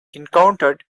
encountered